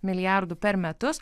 milijardų per metus